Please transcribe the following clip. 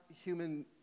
human